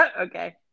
Okay